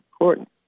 important